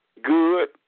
Good